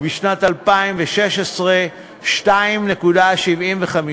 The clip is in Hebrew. ובשנת 2016 על 2.75%,